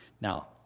Now